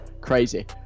crazy